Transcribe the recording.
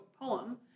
poem